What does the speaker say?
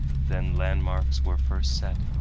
then landmarks were first set,